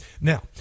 Now